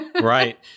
Right